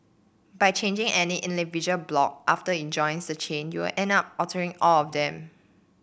by changing any individual block after it joins the chain you'll end up altering all of them